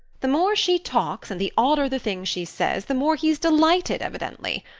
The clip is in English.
the more she talks and the odder the things she says, the more he's delighted evidently.